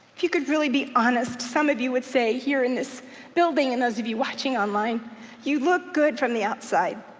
if you could really be honest, some of you would say here in this building, and those of you watching online you look good from the outside,